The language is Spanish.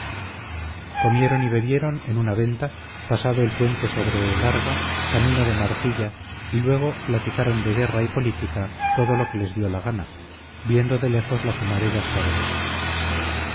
comieron y bebieron en una venta pasado el puente sobre el arga camino de marcilla y luego platicaron de guerra y política todo lo que les dio la gana viendo de lejos las humaredas pavorosas